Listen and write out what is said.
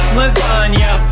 lasagna